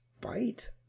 bite